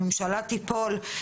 הממשלה תיפול,